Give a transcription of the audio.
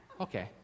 Okay